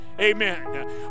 Amen